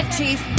Chief